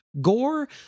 gore